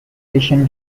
asian